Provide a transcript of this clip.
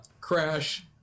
Crash